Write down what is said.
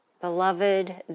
Beloved